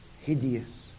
Hideous